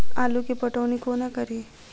आलु केँ पटौनी कोना कड़ी?